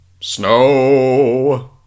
snow